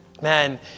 Man